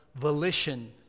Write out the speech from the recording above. volition